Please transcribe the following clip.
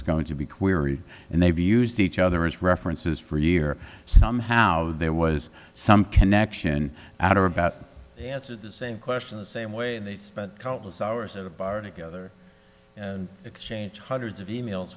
is going to be queried and they've used each other as references for year somehow there was some connection out or about answered the same question the same way they spent countless hours at a bar together and exchanged hundreds of emails